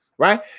Right